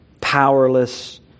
powerless